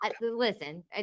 Listen